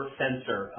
sensor